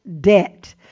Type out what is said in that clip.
debt